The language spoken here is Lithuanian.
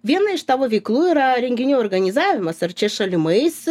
viena iš tavo veiklų yra renginių organizavimas ar čia šalimais